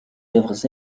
œuvres